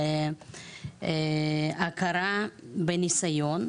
בהכרה בניסיון,